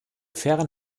fairen